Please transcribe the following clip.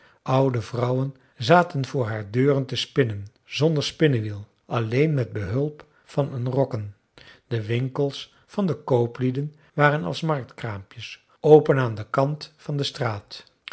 oude vrouwen zaten voor haar deuren te spinnen zonder spinnewiel alleen met behulp van een rokken de winkels van de kooplieden waren als marktkraampjes open aan den kant van de straat